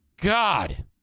God